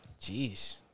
Jeez